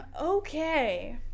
Okay